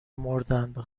مردن، به